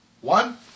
One